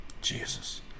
Jesus